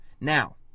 Now